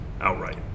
outright